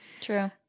True